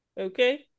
okay